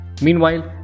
Meanwhile